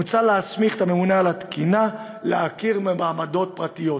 מוצע להסמיך את הממונה על התקינה להכיר במעבדות פרטיות.